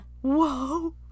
Whoa